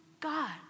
God